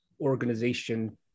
organization